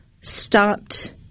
stopped